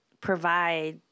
provide